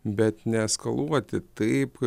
bet neeskaluoti taip